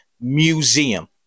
Museum